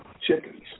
chickens